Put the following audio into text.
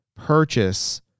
purchase